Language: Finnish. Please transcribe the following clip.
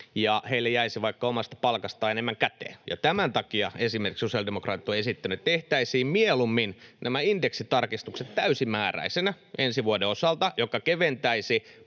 ja heille jäisi vaikka omasta palkastaan enemmän käteen. Ja tämän takia esimerkiksi sosiaalidemokraatit ovat esittäneet, että tehtäisiin mieluummin nämä indeksitarkistukset täysimääräisinä ensi vuoden osalta, mikä keventäisi